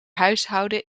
huishouden